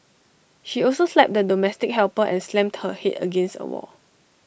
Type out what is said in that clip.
she also slapped the domestic helper and slammed her Head against A wall